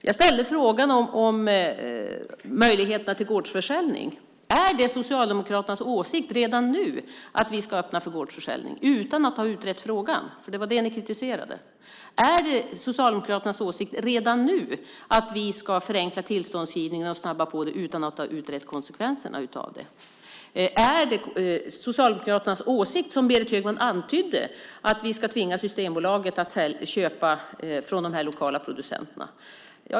Jag tog upp frågan om möjligheterna till gårdsförsäljning. Är det Socialdemokraternas åsikt att vi redan nu ska öppna för gårdsförsäljning utan att ha utrett frågan? Det var nämligen det de kritiserade. Är det Socialdemokraternas åsikt att vi redan nu ska förenkla tillståndsgivningen och snabba på det hela utan att ha utrett konsekvenserna? Är det Socialdemokraternas åsikt, vilket Berit Högman antydde, att vi ska tvinga Systembolaget att köpa från de lokala producenterna?